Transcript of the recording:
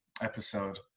episode